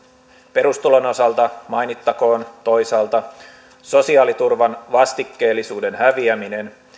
perustulon osalta mainittakoon toisaalta sosiaaliturvan vastikkeellisuuden häviäminen